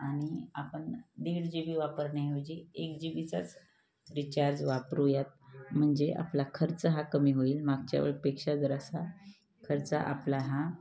आणि आपण दीड जी बी वापरण्याऐवजी एक जी बी चाच रिचार्ज वापरूयात म्हणजे आपला खर्च हा कमी होईल मागच्या वेळपेक्षा जरासा खर्च आपला हा